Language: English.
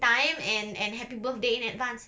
time and and happy birthday in advance